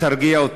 שתיקה".